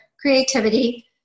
creativity